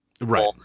Right